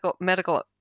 medical